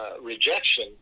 Rejection